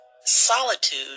solitude